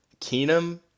Keenum